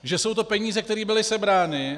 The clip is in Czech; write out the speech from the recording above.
Že jsou to peníze, které byly sebrány...